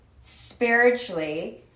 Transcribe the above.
spiritually